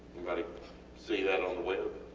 anybody see that on the web?